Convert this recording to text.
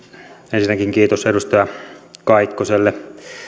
ensinnäkin kiitos edustaja kaikkoselle